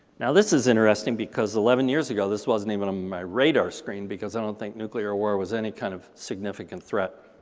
now, this is interesting because eleven years ago, this wasn't even on my radar screen, because i don't think nuclear war was any kind of significant threat.